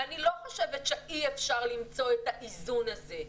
ואני לא חושבת שאי אפשר למצוא את האיזון הזה.